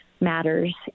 matters